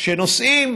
כשנוסעים